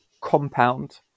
compound